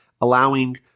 allowing